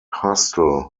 hustle